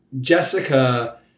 Jessica